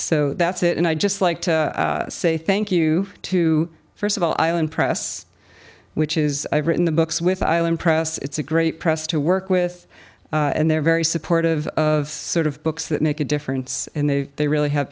so that's it and i just like to say thank you to first of all island press which is i've written the books with island press it's a great press to work with and they're very supportive of sort of books that make a difference in they they really have